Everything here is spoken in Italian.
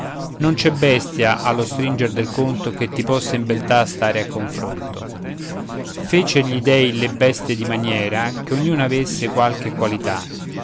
non c'è bestia allo stringere del conto che ti possa in beltà stare a confronto fecer gli dèi le bestie di maniera che ognuna avesse qualche qualità